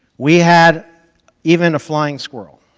we had even a flying squirrel.